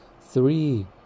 three